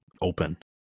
open